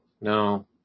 no